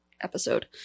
episode